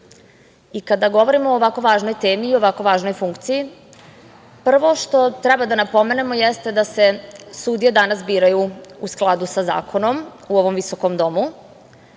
govorimo o ovako važnoj temi i ovako važnoj funkciji, prvo što treba da napomenemo jeste da se sudije danas biraju u skladu sa zakonom u ovom visokom domu,